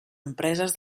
empreses